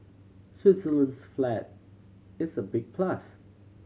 Switzerland's flag is a big plus